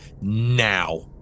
now